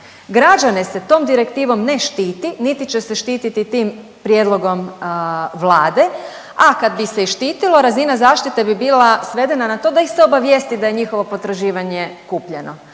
građane se tom direktivom ne štiti, niti će se štititi tim prijedlogom Vlade, a kad bi se i štitilo razina zaštite bi bila svedena na to da ih se obavijesti da je njihovo potraživanje kupljeno,